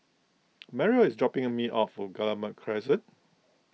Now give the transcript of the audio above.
Mario is dropping me off Guillemard Crescent